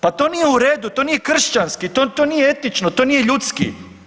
Pa to nije u redu, to nije kršćanski, to, to nije etično, to nije ljudski.